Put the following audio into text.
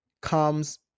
comes